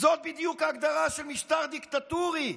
זו בדיוק ההגדרה של משטר דיקטטורי.